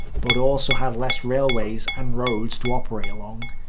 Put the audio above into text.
but also had less railways and roads to operate along,